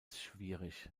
schwierig